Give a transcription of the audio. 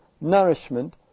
nourishment